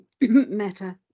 Meta